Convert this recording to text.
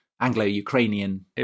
Anglo-Ukrainian